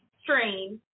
Stream